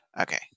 Okay